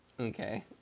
okay